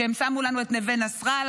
שהם שמו לנו את נווה נסראללה,